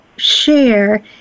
share